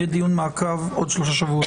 יהיה דיון מעקב עוד שלושה שבועות.